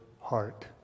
heart